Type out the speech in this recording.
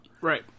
Right